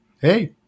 hey